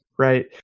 Right